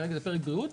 כרגע זה פרק בריאות,